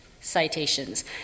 Citations